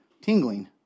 tingling